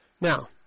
Now